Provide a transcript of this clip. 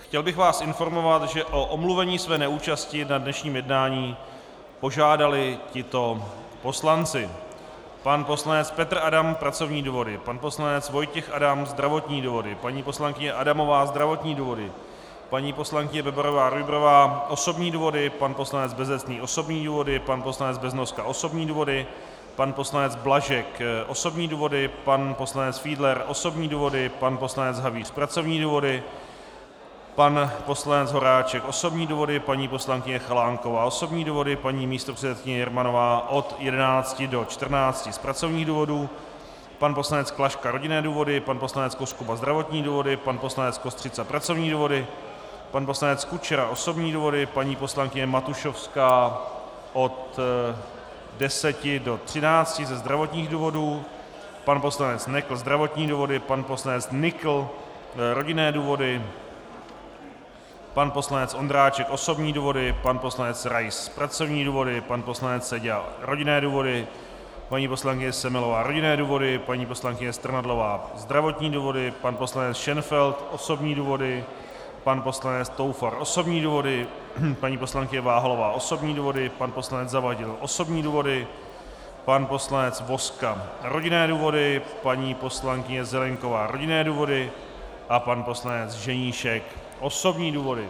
Chtěl bych vás informovat, že o omluvení své neúčasti na dnešní jednání požádali tito poslanci: pan poslanec Petr Adam pracovní důvody, pan poslanec Vojtěch Adam zdravotní důvody, paní poslankyně Adamová zdravotní důvody, paní poslankyně BebarováRujbrová osobní důvody, pan poslanec Bezecný osobní důvody, pan poslanec Beznoska osobní důvody, pan poslanec Blažek osobní důvody, pan poslanec Fiedler osobní důvody, pan poslanec Havíř pracovní důvody, pan poslanec Horáček osobní důvody, paní poslankyně Chalánková osobní důvody, paní místopředsedkyně Jermanová od 11 do 14 hodin z pracovních důvodů, pan poslanec Klaška rodinné důvody, pan poslanec Koskuba zdravotní důvody, pan poslanec Kostřica pracovní důvody, pan poslanec Kučera osobní důvody, paní poslankyně Matušovská od 10 do 13 hodin ze zdravotních důvodů, pan poslanec Nekl zdravotní důvody, pan poslanec Nykl rodinné důvody, pan poslanec Ondráček osobní důvody, pan poslanec Rais pracovní důvody, pan poslanec Seďa rodinné důvody, paní poslankyně Semelová rodinné důvody, paní poslankyně Strnadlová zdravotní důvody, pan poslanec Šenfeld osobní důvody, pan poslanec Toufar osobní důvody, paní poslankyně Váhalová osobní důvody, pan poslanec Zavadil osobní důvody, pan poslanec Voska rodinné důvody, paní poslankyně Zelienková rodinné důvody, pan poslanec Ženíšek osobní důvody.